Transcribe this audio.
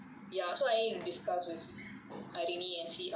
ya so I need to discuss with hairini and see how